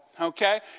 okay